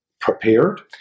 Prepared